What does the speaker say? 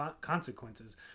consequences